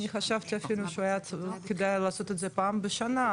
אני חשבתי שאולי כדאי לעשות את זה פעם בשנה,